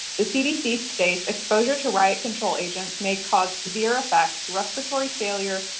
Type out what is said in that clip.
the cdc states exposure to right control agents may cause severe effects to respiratory failure,